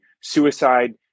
suicide